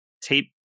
tape